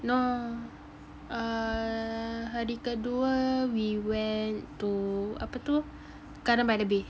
no err hari kedua we went to ape tu Garden By The Bay